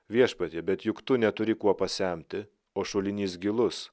viešpatie bet juk tu neturi kuo pasemti o šulinys gilus